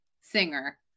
singer